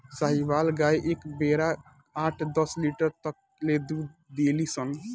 साहीवाल गाय एक बेरा आठ दस लीटर तक ले दूध देली सन